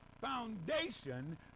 foundation